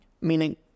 meaning